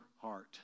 heart